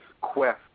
quest